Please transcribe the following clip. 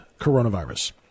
coronavirus